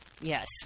Yes